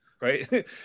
right